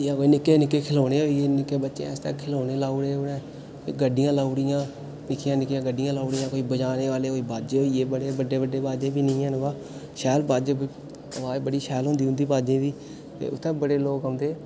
जां कोई निक्के निक्के खढौने होई गे निक्के निक्के बच्चें आस्तै खढौने होई गे खढौने लाई ओड़े उ'नें गड्डियां लाई ओड़ियां निक्कियां निक्कियां गड्डियां लाई ओड़ियां कोई बजाने आह्ले बाजे होई गे कोई बड्डे बड्डे बाजे बी नेईं हैन बा शैल बाजे प अबाज बड़ी शैल होंदी उं'दी बाजें दी ते उत्थैं बड़े लोक औंदे